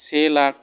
से लाख